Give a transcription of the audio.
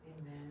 Amen